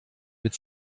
mit